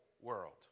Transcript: world